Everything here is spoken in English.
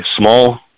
small